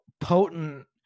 potent